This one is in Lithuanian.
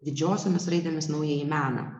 didžiosiomis raidėmis naująjį meną